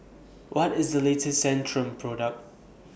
What IS The latest Centrum Product